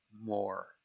more